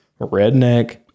redneck